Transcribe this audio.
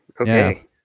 Okay